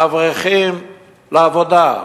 אברכים, לעבודה".